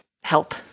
help